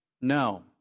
No